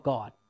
God